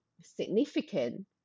significant